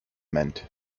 meant